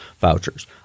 vouchers